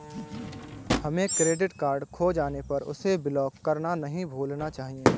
हमें credit card खो जाने पर उसे ब्लॉक करना नहीं भूलना चाहिए